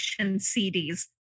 CDs